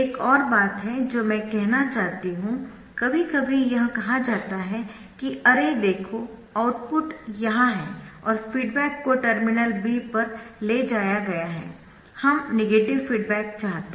एक और बात है जो मैं कहना चाहती हूं कभी कभी यह कहा जाता है कि अरे देखो आउटपुट यहाँ है और फीडबैक को टर्मिनल B पर ले जाया गया है हम नेगेटिव फीडबैक चाहते है